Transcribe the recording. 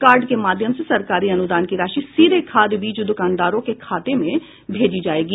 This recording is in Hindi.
कार्ड के माध्यम से सरकारी अनुदान की राशि सीधे खाद बीज दुकानदारों के खातों में भेजी जायेगी